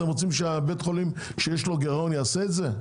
אתם רוצים שבית חולים שיש לו גירעון יעשה את זה?